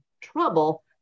trouble